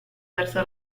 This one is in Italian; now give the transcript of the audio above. verso